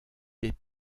des